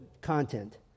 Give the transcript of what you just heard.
content